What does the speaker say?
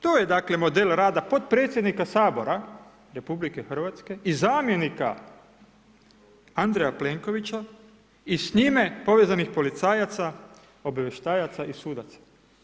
To je dakle model rada potpredsjednika Sabora RH i zamjenika Andreja Plenkovića i s njime povezanih policajaca, obavještajaca i sudaca.